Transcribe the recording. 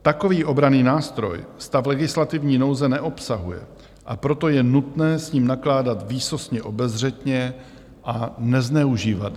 Takový obranný nástroj stav legislativní nouze neobsahuje, a proto je nutné s ním nakládat výsostně obezřetně a nezneužívat jej.